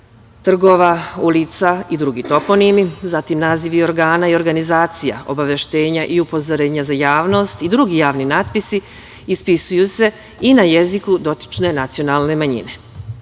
trgova, ulica i drugi toponimi, zatim nazivi organa i organizacija, obaveštenja i upozorenja za javnost i drugi javni natpisi ispisuju se i na jeziku dotične nacionalne manjine.